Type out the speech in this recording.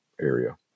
area